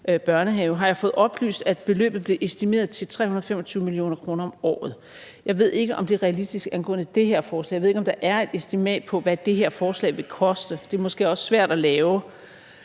har jeg fået oplyst, at beløbet blev estimeret til 325 mio. kr. om året. Jeg ved ikke, om det er realistisk angående det her forslag, og jeg ved ikke, om der er et estimat på, hvad det her forslag vil koste. Det er måske også svært at lave